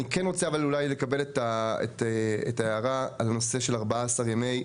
אני כן רוצה אבל לקבל את ההערה על הנושא של 14 ימי עבודה.